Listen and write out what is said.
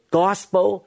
gospel